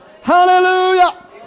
Hallelujah